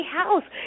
house